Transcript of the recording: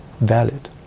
valid